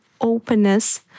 openness